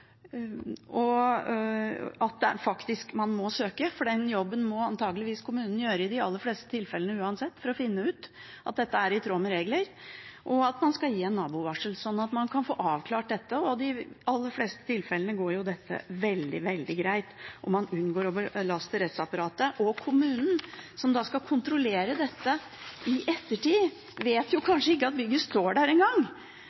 i dag, at man faktisk må søke. Den jobben må antakeligvis kommunen gjøre i de aller fleste tilfellene uansett for å finne ut om dette er i tråd med lover og regler, og at man skal gi et nabovarsel, slik at man kan få avklart dette. I de aller fleste tilfellene går dette veldig greit, og man unngår å belaste rettsapparatet. Kommunen, som skal kontrollere dette i ettertid, vet